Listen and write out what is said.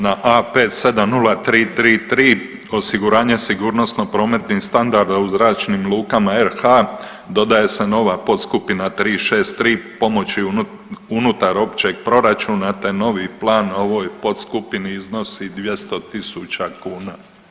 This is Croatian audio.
Na A570333 osiguranje sigurnosno prometnih standarda u zračnim lukama RH dodaje se nova podskupina 363 pomoći unutar općeg proračuna te novi plan ovoj podskupni iznosi 200.000 kuna.